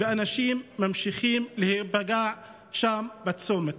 ואנשים ממשיכים להיפגע שם בצומת.